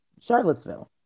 Charlottesville